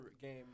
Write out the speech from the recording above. game